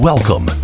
Welcome